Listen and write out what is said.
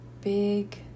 Big